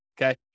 okay